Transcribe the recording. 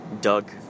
Doug